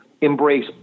embrace